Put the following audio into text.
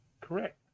Correct